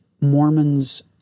Mormon's